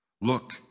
Look